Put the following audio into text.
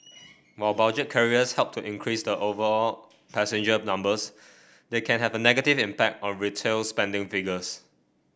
while budget carriers help to increase the overall passenger numbers they can have a negative impact on retail spending figures